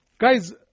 Guys